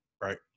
right